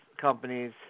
companies